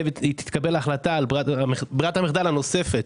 תתקבל החלטה על ברירת המחדל הנוספת.